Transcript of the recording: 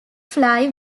fly